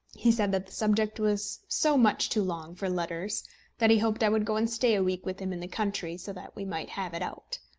he said that the subject was so much too long for letters that he hoped i would go and stay a week with him in the country so that we might have it out.